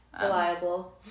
Reliable